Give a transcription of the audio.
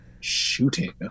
shooting